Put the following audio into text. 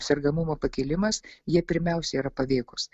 sergamumo pakilimas jie pirmiausia yra paveikūs